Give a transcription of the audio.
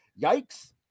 yikes